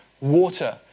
water